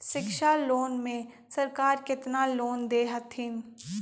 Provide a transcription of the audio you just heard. शिक्षा लोन में सरकार केतना लोन दे हथिन?